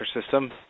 system